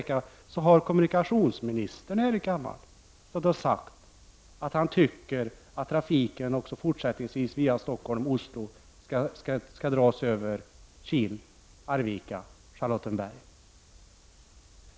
Kommunikationsministern har också här i kammaren sagt att han tycker att trafiken Stockholm-Oslo skall dras över Kil-Arvika—Charlottenberg.